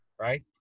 right